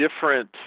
different